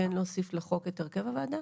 כן להוסיף לחוק את הרכב הוועדה?